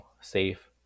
safe